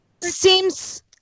seems